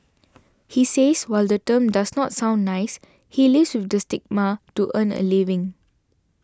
he says while the term does not sound nice he lives with the stigma to earn a living